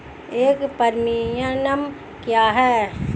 एक प्रीमियम क्या है?